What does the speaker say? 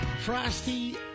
Frosty